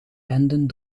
renden